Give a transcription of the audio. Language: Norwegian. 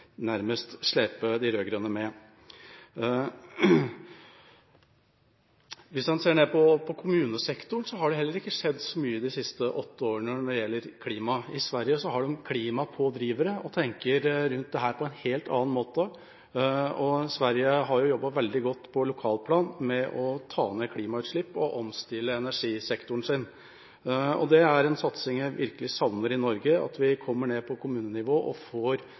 nærmest slepe de rød-grønne med oss. Hvis en ser på kommunesektoren, har det heller ikke skjedd så mye de siste åtte årene når det gjelder klima. I Sverige har de klimapådrivere og tenker rundt dette på en helt annen måte. Sverige har jobbet veldig godt på lokalplan med å få ned klimautslippene og omstille energisektoren sin. Det er en satsing jeg virkelig savner i Norge: at vi nede på kommunenivå får